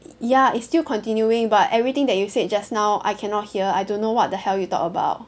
ya it's still continuing but everything that you said just now I cannot hear I don't know what the hell you talk about